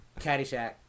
Caddyshack